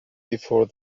before